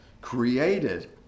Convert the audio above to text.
created